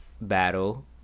battle